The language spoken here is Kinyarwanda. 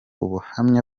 ubuhamya